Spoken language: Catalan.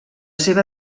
seva